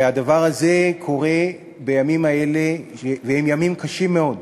הדבר הזה קורה בימים האלה, והם ימים קשים מאוד.